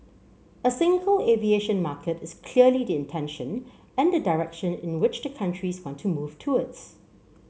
a single aviation market is clearly the intention and the direction in which the countries want to move towards